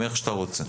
איך שאתה רוצה.